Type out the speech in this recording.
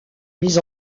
mis